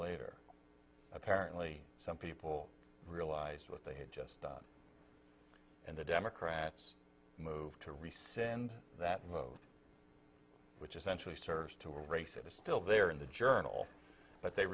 later apparently some people realized what they had just done and the democrats moved to rescind that vote which essentially serves to erase it is still there in the journal but they